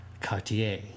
Cartier